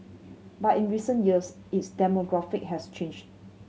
but in recent years its demographic has changed